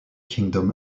kingdom